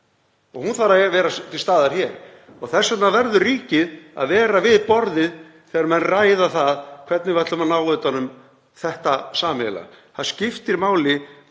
Hún þarf að vera til staðar hér og þess vegna verður ríkið að vera við borðið þegar menn ræða það hvernig við ætlum að ná utan um þetta sameiginlega. Það skiptir máli